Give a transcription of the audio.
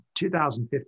2015